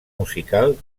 musical